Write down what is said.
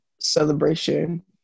celebration